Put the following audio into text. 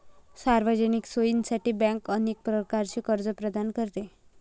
सार्वजनिक सोयीसाठी बँक अनेक प्रकारचे कर्ज प्रदान करते